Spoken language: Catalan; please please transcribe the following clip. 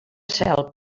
cel